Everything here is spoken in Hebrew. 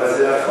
אבל, זה נכון.